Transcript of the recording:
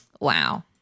Wow